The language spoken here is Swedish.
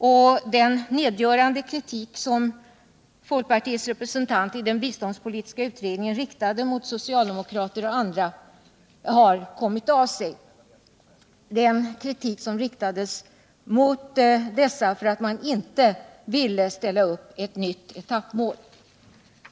Och den nedgörande kritik som folkpartiets representant i den biståndspolitiska utredningen riktade mot socialdemokrater och andra har kommit av sig — den kritik som riktades mot dessa för att de inte ville ställa upp ett nytt etappmål.